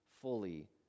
fully